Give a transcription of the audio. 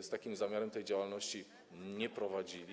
z takim zamiarem takiej działalności nie prowadzili.